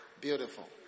Beautiful